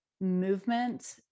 movement